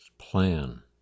plan